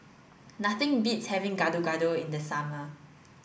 nothing beats having Gado Gado in the summer